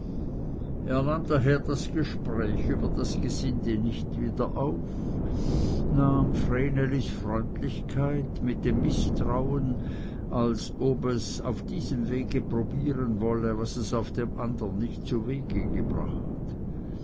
her das gespräch über das gesinde nicht wieder auf nahm vrenelis freundlichkeit mit dem mißtrauen als ob es auf diesem wege probieren wolle was es auf dem andern nicht zuwege gebracht